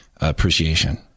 appreciation